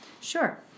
Sure